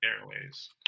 Airways